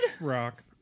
Rock